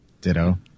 Ditto